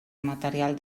material